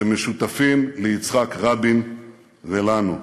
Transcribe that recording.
שמשותפים ליצחק רבין ולנו.